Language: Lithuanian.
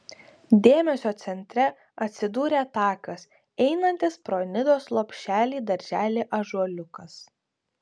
dėmesio centre atsidūrė takas einantis pro nidos lopšelį darželį ąžuoliukas